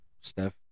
Steph